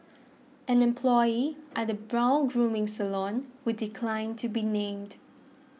an employee at a brow grooming salon who declined to be named